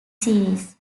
series